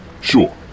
Sure